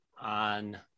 on